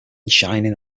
shining